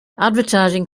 advertising